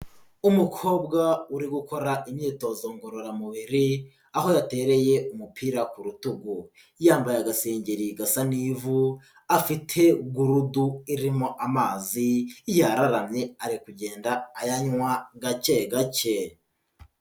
Umukobwa uri gukora imyitozo ngororamubiri, aho yatereye umupira ku rutugu, yambaye agasengeri gasa n'ivu, afite gurudu irimo amazi, yararamye, ari kugenda ayanywa gake gake.